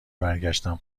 برگشتم